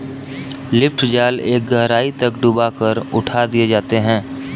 lift जाल एक गहराई तक डूबा कर उठा दिए जाते हैं